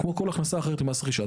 כמו כל הכנסה אחרת ממס רכישה,